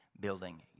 building